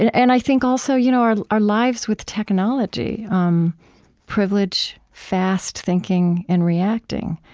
and and i think, also, you know our our lives with technology um privilege fast thinking and reacting.